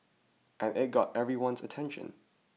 and it got everyone's attention